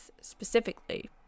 specifically